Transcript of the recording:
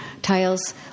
Tiles